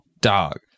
dog